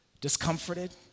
Discomforted